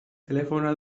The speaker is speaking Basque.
telefonoa